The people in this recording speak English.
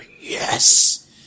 Yes